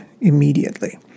immediately